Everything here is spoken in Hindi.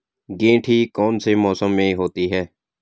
गेंठी कौन से मौसम में होती है?